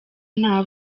nta